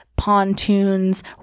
Pontoons